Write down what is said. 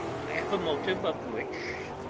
i have a motive of which,